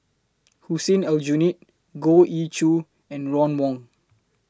Hussein Aljunied Goh Ee Choo and Ron Wong